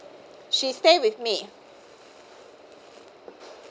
she stay with me